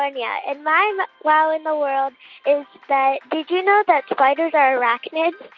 like yeah and my wow in the world is that did you know that spiders are arachnids,